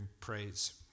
praise